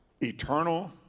eternal